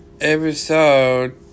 episode